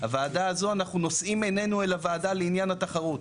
הוועדה הזו אנחנו נושאים עינינו אל הוועדה לעניין התחרות.